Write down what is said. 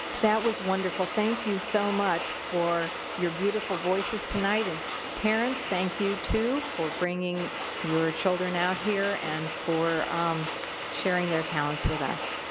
that was wonderful. thank you so much for your beautiful voices tonight and parents, thank you, too, for bringing your children out here and for sharing their talents with us.